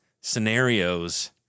scenarios